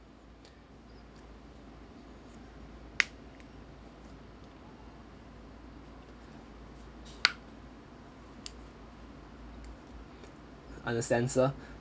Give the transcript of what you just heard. understand sir